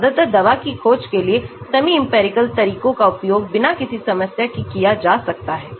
ज्यादातर दवा की खोज के लिए सेमी इंपिरिकल तरीकों का उपयोग बिना किसी समस्या के किया जा सकता है